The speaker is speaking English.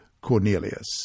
Cornelius